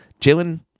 Jalen